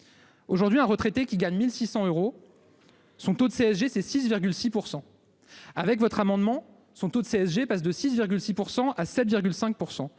Aujourd'hui un retraité qui gagne 1600 euros. Son taux de CSG c'est 6,6% avec votre amendement. Son taux de CSG passe de 6,6% à 7,5%.